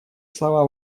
слова